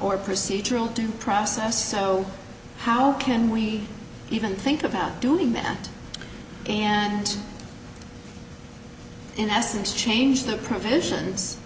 or procedural due process so how can we even think about doing that and in essence change the provisions